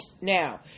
Now